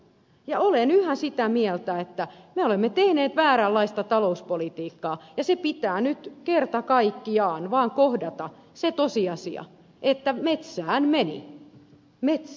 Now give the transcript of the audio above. ja olen yhä sitä mieltä että me olemme tehneet vääränlaista talouspolitiikkaa ja se tosiasia pitää nyt kerta kaikkiaan vaan kohdata että metsään meni metsään meni